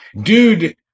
Dude